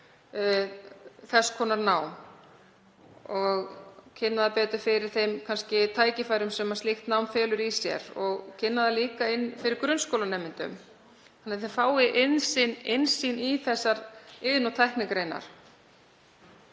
þess konar nám og kynna það betur fyrir þeim tækifærum sem slíkt nám felur í sér og kynna það líka fyrir grunnskólanemendum þannig að þau fái innsýn í iðn- og tæknigreinarnar.